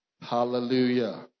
Hallelujah